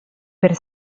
per